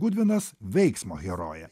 gudvinas veiksmo herojė